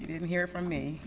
you didn't hear from me